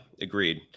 Agreed